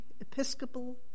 episcopal